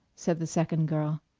said the second girl.